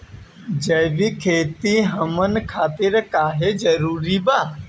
जैविक खेती हमन खातिर काहे जरूरी बा?